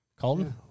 Colton